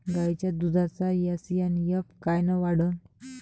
गायीच्या दुधाचा एस.एन.एफ कायनं वाढन?